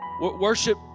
worship